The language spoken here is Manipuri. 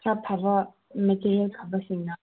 ꯈꯔ ꯐꯕ ꯃꯦꯇꯔꯦꯂ ꯐꯕꯁꯤꯡꯅ